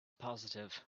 positive